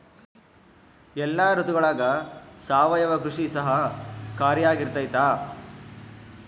ಎಲ್ಲ ಋತುಗಳಗ ಸಾವಯವ ಕೃಷಿ ಸಹಕಾರಿಯಾಗಿರ್ತೈತಾ?